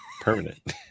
permanent